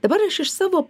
dabar aš iš savo